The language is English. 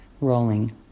rolling